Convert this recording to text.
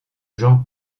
jean